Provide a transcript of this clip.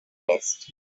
best